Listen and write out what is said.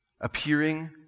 appearing